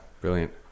brilliant